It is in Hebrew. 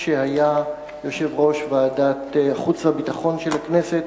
כשהיה יושב-ראש ועדת החוץ והביטחון של הכנסת,